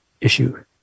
issue